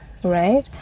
Right